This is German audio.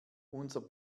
unser